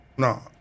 No